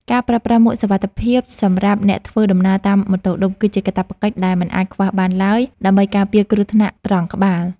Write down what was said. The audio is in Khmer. ការប្រើប្រាស់មួកសុវត្ថិភាពសម្រាប់អ្នកធ្វើដំណើរតាមម៉ូតូឌុប គឺជាកាតព្វកិច្ចដែលមិនអាចខ្វះបានឡើយ ដើម្បីការពារគ្រោះថ្នាក់ត្រង់ក្បាល។